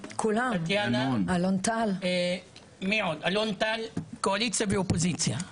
טטיאנה, אלון טל, קואליציה ואופוזיציה.